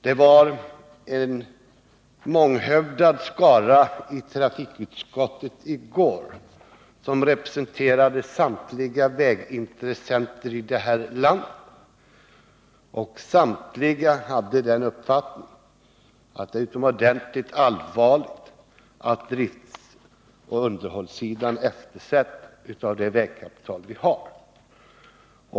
Trafikutskottet uppvaktades i går av en månghövdad delegation, som representerade samtliga vägintressenter i det här landet. Alla som deltog i uppvaktningen hade den uppfattningen att det är utomordentligt allvarligt att driften och underhållet av vägarna eftersätts.